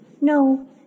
No